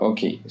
Okay